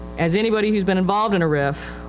as anybody whose been involved in a rif,